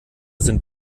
sind